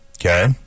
Okay